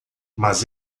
mas